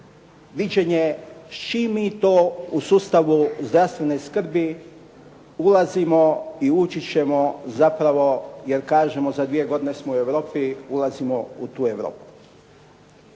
viđenje s čim mi to u sustavu zdravstvene skrbi ulazimo i ući ćemo zapravo jer kažemo za dvije godine smo u Europi. Ulazimo u tu Europu.